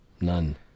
None